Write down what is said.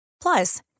Plus